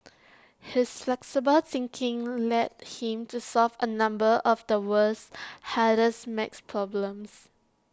his flexible thinking led him to solve A number of the world's hardest math problems